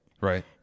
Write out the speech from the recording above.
Right